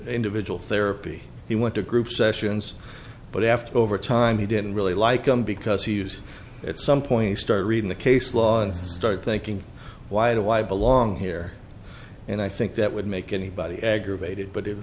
individual therapy he went to group sessions but after over time he didn't really like him because he used at some point he started reading the case law and started thinking why do i belong here and i think that would make anybody aggravated but i